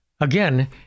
Again